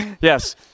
Yes